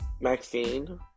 Maxine